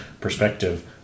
perspective